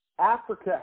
Africa